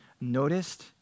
noticed